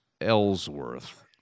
Ellsworth